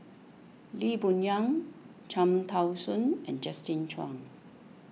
Lee Boon Yang Cham Tao Soon and Justin Zhuang